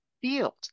field